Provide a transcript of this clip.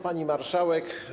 Pani Marszałek!